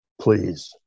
please